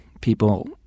people